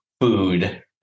food